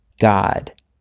God